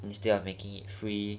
instead of making it free